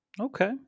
Okay